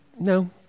no